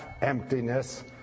emptiness